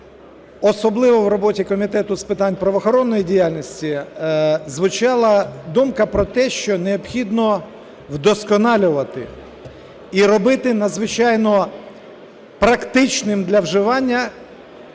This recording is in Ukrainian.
особливо в роботі Комітету з питань правоохоронної діяльності звучала думка про те, що необхідно вдосконалювати і робити надзвичайно практичним для вживання весь